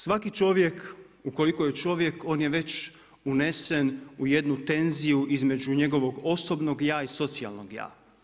Svaki čovjek ukoliko je čovjek on je već unesen u jednu tenziju između njegovog osobnog ja i socijalnog ja.